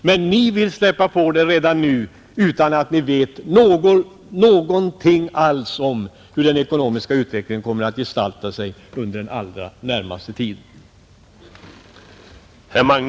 Men ni vill frisläppa dem redan nu utan att ni vet någonting alls om hur den ekonomiska utvecklingen kommer att gestalta sig under den allra närmaste tiden,